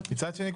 מצד שני,